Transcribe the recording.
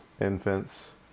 Infants